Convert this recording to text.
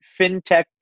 FinTech